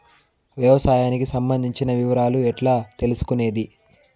వ్యవసాయానికి సంబంధించిన వివరాలు ఎట్లా తెలుసుకొనేది?